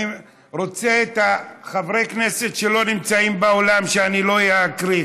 אני רוצה שאת חברי הכנסת שלא נמצאים באולם אני לא אקריא,